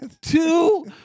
two